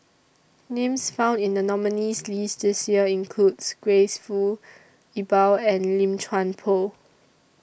Names found in The nominees' list This Year includes Grace Fu Iqbal and Lim Chuan Poh